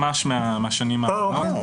ממש מהשנים האחרונות.